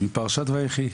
זה לומדים מפרשת ויחי,